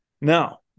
Now